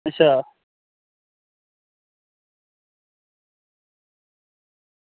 अच्छा